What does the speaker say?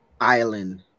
island